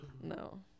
No